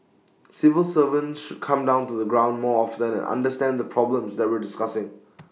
civil servants should come down to the ground more often understand the problems that we're discussing